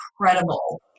incredible